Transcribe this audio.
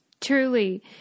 Truly